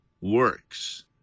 works